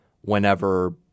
whenever